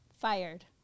Fired